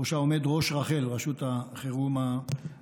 שבראשה עומדת ראש רח"ל, רשות החירום הלאומית.